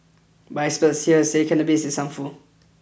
but experts here say cannabis's harmful